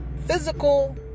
physical